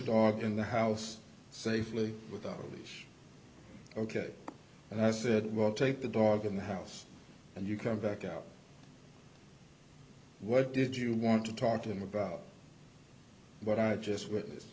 dog in the house safely without leash ok and i said well take the dog in the house and you come back out what did you want to talk to him about what i just witness